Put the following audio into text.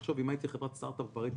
תחשוב שאם היינו חברת סטארט-אפ כבר הייתי